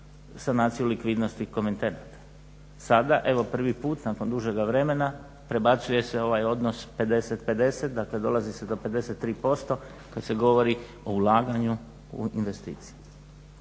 sanaciju likvidnosti …. Sada evo prvi puta nakon dužega vremena prebacuje se ovaj odnos 50-50 dakle dolazi se do 53% kada se govori o ulaganju u investicije.